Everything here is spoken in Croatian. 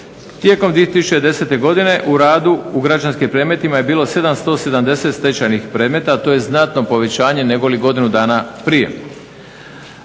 Tijekom 2010. godine u radu u građanskim predmetima je 770 stečajnih predmeta, to je znatno povećanje negoli godinu dana prije.